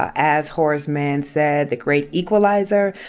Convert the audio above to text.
as horace mann said, the great equalizer,